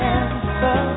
answer